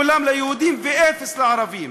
כולם ליהודים ואפס לערבים.